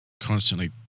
constantly